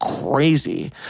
crazy